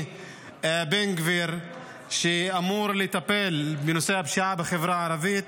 בן גביר שאמור לטפל בנושא הפשיעה בחברה הערבית.